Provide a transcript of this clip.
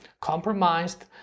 compromised